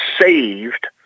saved